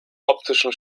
optischen